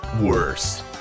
worse